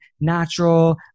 natural